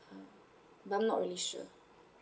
but I'm not really sure